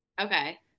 okay